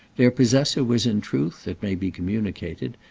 their possessor was in truth, it may be communicated,